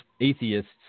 atheists